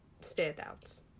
standouts